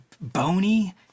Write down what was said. bony